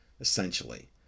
essentially